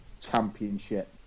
championship